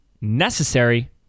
necessary